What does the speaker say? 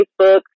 Facebook